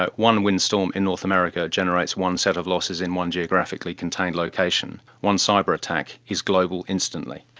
ah one windstorm in north america generates one set of losses in one geographically contained location. one cyber attack is global instantly.